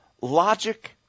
Logic